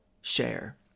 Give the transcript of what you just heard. share